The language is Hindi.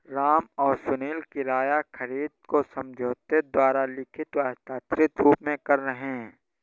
राम और सुनील किराया खरीद को समझौते द्वारा लिखित व हस्ताक्षरित रूप में कर रहे हैं